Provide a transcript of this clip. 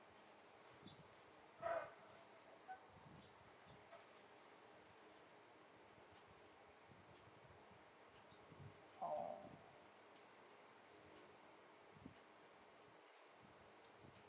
orh